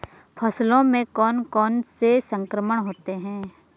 फसलों में कौन कौन से संक्रमण होते हैं?